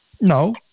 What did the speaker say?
No